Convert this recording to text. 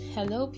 Hello